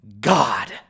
God